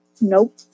Nope